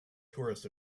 tourist